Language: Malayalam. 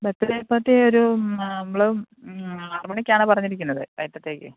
ബർത്ത്ഡേ പാർട്ടി ഒരൂ ആറുമണിക്കാണ് പറഞ്ഞിരിക്കുന്നത് വൈകിട്ടത്തേക്ക്